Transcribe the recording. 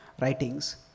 writings